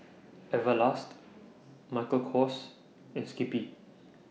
Everlast Michael Kors and Skippy